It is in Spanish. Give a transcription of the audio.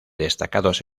destacados